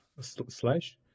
slash